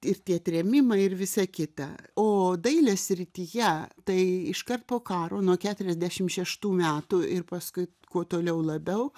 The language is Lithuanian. ir tie trėmimai ir visa kita o dailės srityje tai iškart po karo nuo keturiasdešim šeštų metų ir paskui kuo toliau labiau